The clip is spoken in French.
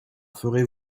ferez